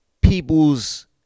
people's